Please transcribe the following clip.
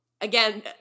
Again